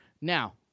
Now